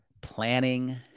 planning